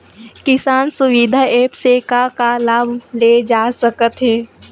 किसान सुविधा एप्प से का का लाभ ले जा सकत हे?